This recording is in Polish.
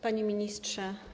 Panie Ministrze!